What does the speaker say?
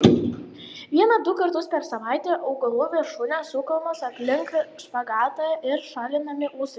vieną du kartus per savaitę augalų viršūnės sukamos aplink špagatą ir šalinami ūsai